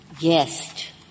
guest